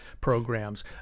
programs